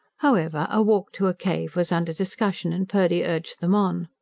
however, a walk to a cave was under discussion, and purdy urged them on.